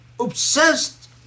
obsessed